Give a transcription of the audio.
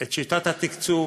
את שיטת התקצוב,